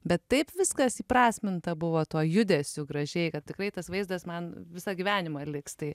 bet taip viskas įprasminta buvo tuo judesiu gražiai kad tikrai tas vaizdas man visą gyvenimą liks tai